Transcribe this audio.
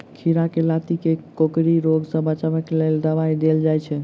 खीरा केँ लाती केँ कोकरी रोग सऽ बचाब केँ लेल केँ दवाई देल जाय छैय?